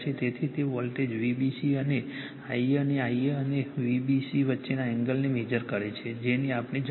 તેથી તે voltage Vbc અને Ia અને Ia અને Vbc વચ્ચેના એંગલને મેજર કરે છે જેની આપણને જરૂર છે